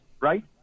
right